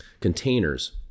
containers